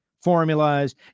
Formulas